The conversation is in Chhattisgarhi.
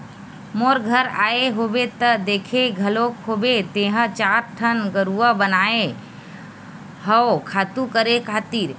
मोर घर आए होबे त देखे घलोक होबे तेंहा चार ठन घुरूवा बनाए हव खातू करे खातिर